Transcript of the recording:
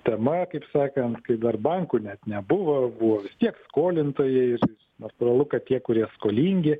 tema kaip sakant kai dar bankų net nebuvo buvo vis tiek skolintojai ir natūralu kad tie kurie skolingi